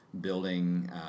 building